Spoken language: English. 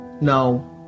No